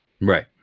Right